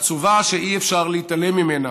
העצובה, שאי-אפשר להתעלם ממנה: